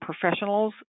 professionals